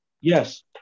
Yes